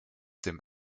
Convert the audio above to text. dem